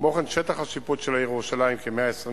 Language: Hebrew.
כמו כן, שטח השיפוט של העיר ירושלים, כ-123